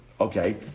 okay